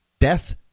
death